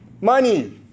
money